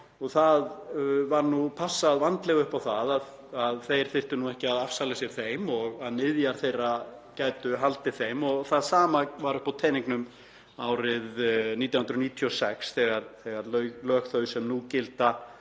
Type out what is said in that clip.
og passað var vandlega upp á það að þeir þyrftu ekki að afsala sér þeim og að niðjar þeirra gætu haldið þeim. Það sama var uppi á teningnum árið 1996 þegar lög þau sem nú gilda